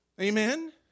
Amen